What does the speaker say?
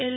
L